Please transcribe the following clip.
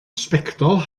sbectol